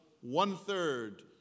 one-third